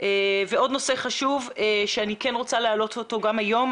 ועוד נושא חשוב שאני כן רוצה להעלות אותו גם היום,